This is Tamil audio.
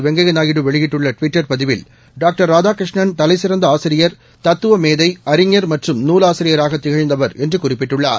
வெங்கைய நாயுடு வெளியிட்டுள்ள ட்விட்டர் பதிவில் டாக்டர் ராதாகிருஷ்ணன் தலைசிறந்த ஆசிரியர் தத்துவ மேதை அறிஞர் மற்றும் நூலாசிரியராக திகழ்ந்தவர் என்று குறிப்பிட்டுள்ளார்